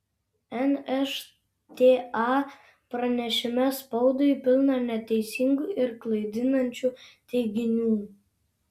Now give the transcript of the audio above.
nšta pranešime spaudai pilna neteisingų ir klaidinančių teiginių